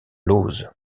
lauzes